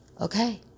Okay